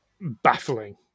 baffling